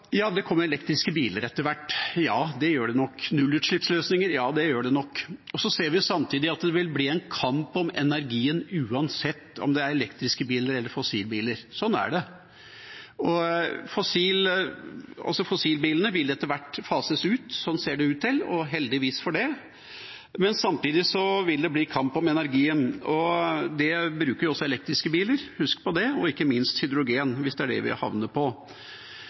det kommer elektriske biler etter hvert: Ja, det gjør det nok, og nullutslippsløsninger: ja, det gjør det nok. Så ser vi samtidig at det vil bli en kamp om energien uansett om det er elektriske biler eller fossilbiler – sånn er det. Også fossilbilene vil etter hvert fases ut, ser det ut til, og heldigvis for det. Men samtidig vil det bli kamp om energien, og det bruker også elektriske biler – husk på det – og ikke minst hydrogenbiler, hvis det er det vi havner på.